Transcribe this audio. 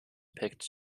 picked